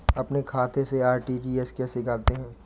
अपने खाते से आर.टी.जी.एस कैसे करते हैं?